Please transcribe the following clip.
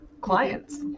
clients